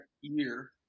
year